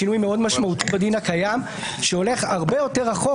בשינוי מאוד משמעותי בדין הקיים שהולך הרבה יותר רחוק